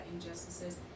injustices